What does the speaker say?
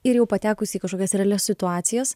ir jau patekus į kažkokias realias situacijas